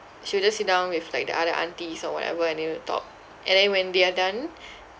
she will just sit down with like the other aunties or whatever and then they'll talk and then when they are done